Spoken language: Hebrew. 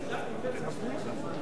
אמר היושב-ראש, לא.